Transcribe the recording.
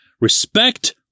respect